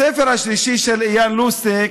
הספר השלישי, של איאן לוסטיק,